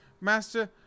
Master